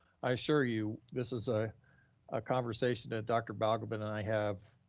i assure you, this is a ah conversation that dr. balgobin and i have